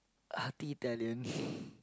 Hearty Italian